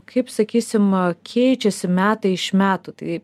kaip sakysim keičiasi metai iš metų tai